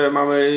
mamy